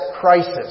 crisis